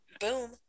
Boom